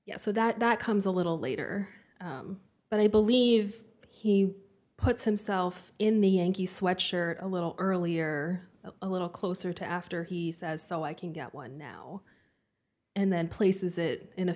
so that comes a little later but i believe he puts himself in the yankee sweatshirt a little earlier a little closer to after he says so i can get one now and then places it in a